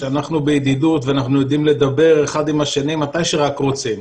שאנחנו בידידות ואנחנו יודעים לדבר אחד עם השני מתי שרק רוצים.